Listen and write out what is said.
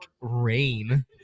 rain